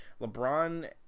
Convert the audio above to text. LeBron